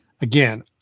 Again